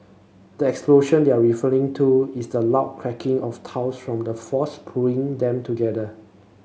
the explosion they're referring to is the loud cracking of tiles from the force pulling them together